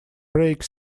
brake